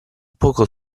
poco